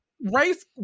Race